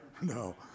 No